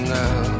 now